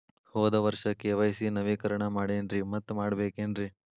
ಹೋದ ವರ್ಷ ಕೆ.ವೈ.ಸಿ ನವೇಕರಣ ಮಾಡೇನ್ರಿ ಮತ್ತ ಮಾಡ್ಬೇಕೇನ್ರಿ?